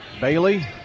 Bailey